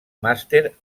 màster